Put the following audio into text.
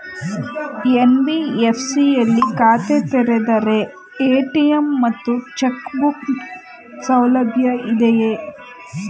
NBFC ಯಲ್ಲಿ ಖಾತೆ ತೆರೆದರೆ ಎ.ಟಿ.ಎಂ ಮತ್ತು ಚೆಕ್ ನ ಸೌಲಭ್ಯ ಇದೆಯಾ?